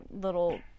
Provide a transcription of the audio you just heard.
little